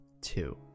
two